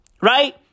right